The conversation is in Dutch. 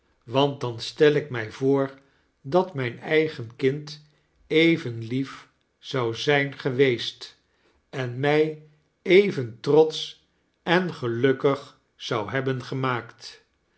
want dan stel ik mrj voor dat mijn eigen kind even lief zou zijn geweest en mij even trotsch en gelukkig zou hebben gemaakt